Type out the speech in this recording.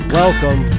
welcome